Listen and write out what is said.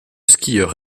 skieur